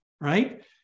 right